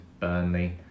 Burnley